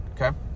okay